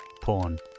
porn